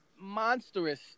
monstrous